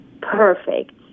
perfect